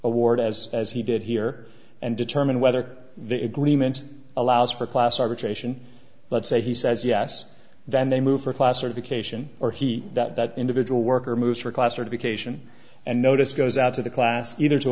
award as as he did here and determine whether the agreement allows for class arbitration let's say he says yes then they move for a class or b cation or he that individual worker moves for class or to be cation and notice goes out to the class either to